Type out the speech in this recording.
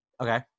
Okay